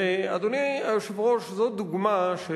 ואדוני היושב-ראש, זו דוגמה של,